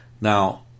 Now